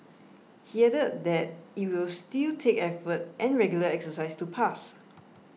he added that it will still take effort and regular exercise to pass